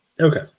okay